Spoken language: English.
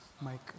Mike